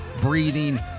breathing